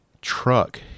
truck